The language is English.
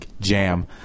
jam